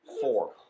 Four